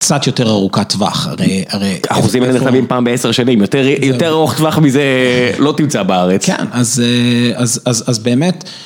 קצת יותר ארוכת טווח, הרי... הרי... האחוזים אלה נכתבים פעם בעשר שנים, יותר ארוך טווח מזה לא תמצא בארץ. כן, אז אהה... אז באמת...